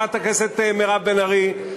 חברת הכנסת מירב בן ארי,